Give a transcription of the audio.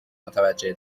متوجه